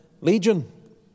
Legion